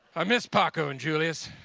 i miss paco and julius.